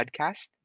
podcast